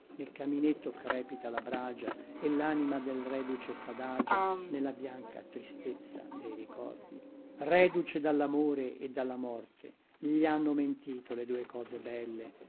nel caminetto crepita la bragia e lanima del reduce sadagia nella bianca tristezza dei ricordi reduce dallamore e dalla morte gli hanno mentito le due cose belle